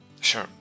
Sure